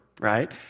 right